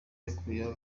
yakuyemo